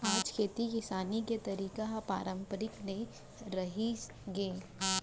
आज खेती किसानी के तरीका ह पारंपरिक नइ रहिगे हे